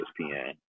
ESPN